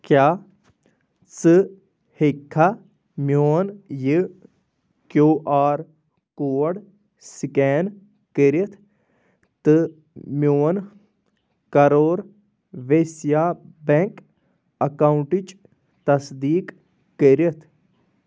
کیٛاہ ژٕ ہٮ۪کِکھا میٛون یہِ کیٛوٗ آر کوڈ سِکین کٔرِتھ تہٕ میٛون کَروٗر وِسیا بیٚنٛک اکاونٹٕچ تصدیٖق کٔرِتھ